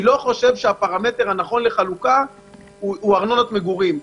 אני לא חושב שהפרמטר הנכון לחלוקה הוא ארנונת מגורים,